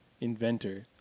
Inventor